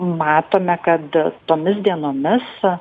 matome kad tomis dienomis